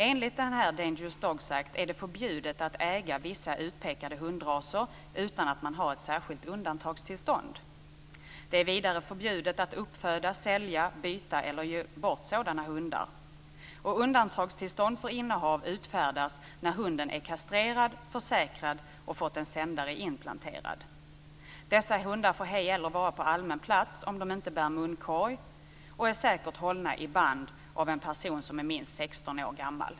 Enligt denna är det förbjudet att äga vissa utpekade hundraser utan att man har ett särskilt undantagstillstånd. Vidare är det förbjudet att uppföda, sälja, byta eller ge bort sådana hundar. Undantagstillstånd för innehav utfärdas när hunden är kastrerad och försäkrad och har fått en sändare inplanterad. Dessa hundar får heller inte vara på allmän plats om de inte bär munkorg och är säkert hållna i band av en person som är minst 16 år gammal.